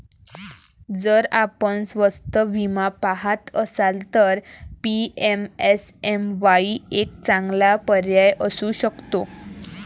जर आपण स्वस्त विमा पहात असाल तर पी.एम.एस.एम.वाई एक चांगला पर्याय असू शकतो